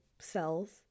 Cells